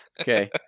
Okay